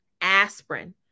aspirin